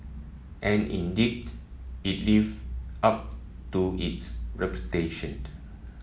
and indeed its live up to its reputation